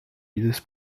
dieses